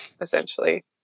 essentially